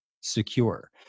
secure